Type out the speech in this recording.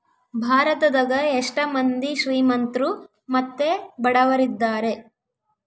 ಭಾರತದಗ ಎಷ್ಟ ಮಂದಿ ಶ್ರೀಮಂತ್ರು ಮತ್ತೆ ಬಡವರಿದ್ದಾರೆ?